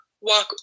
walk